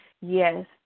Yes